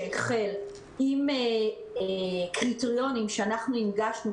שהחל עם קריטריונים שאנחנו הנגשנו,